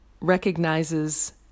recognizes